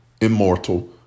immortal